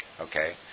Okay